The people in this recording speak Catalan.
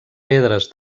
pedres